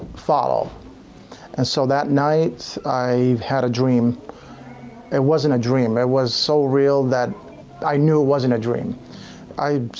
follow and so that night i had a dream it wasn't a dream it was so real that i knew wasn't a dream i?